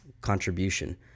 contribution